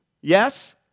yes